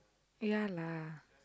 ya lah